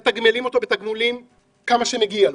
מתגמלים אותו בתגמולים כמה שמגיע לו.